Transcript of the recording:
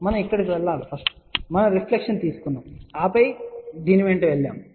మనం ఇక్కడకు వెళ్ళాలి మనం రిఫ్లెక్షన్ తీసుకున్నాము ఆపై మనం దీని వెంట వెళ్ళాము